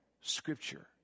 Scripture